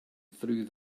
through